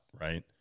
right